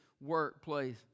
workplace